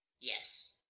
Yes